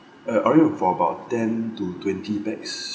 uh only for about ten to twenty pax